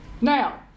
Now